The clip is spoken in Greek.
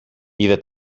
είδε